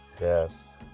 Yes